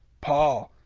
paul,